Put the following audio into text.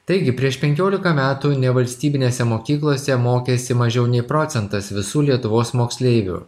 taigi prieš penkiolika metų nevalstybinėse mokyklose mokėsi mažiau nei procentas visų lietuvos moksleivių